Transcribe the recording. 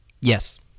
Yes